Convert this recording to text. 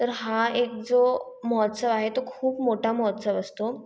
तर हा एक जो महोत्सव आहे तो खूप मोठा महोत्सव असतो